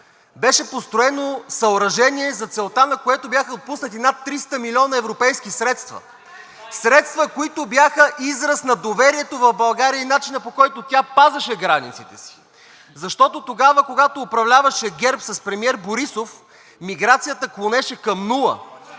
беше построено съоръжение, за целта на което бяха отпуснати над 300 милиона европейски средства. (Реплики от ГЕРБ-СДС.) Средства, които бяха израз на доверието в България, и начина, по който тя пазеше границите си. Защото тогава, когато управляваше ГЕРБ с премиер Борисов, миграцията клонеше към нула.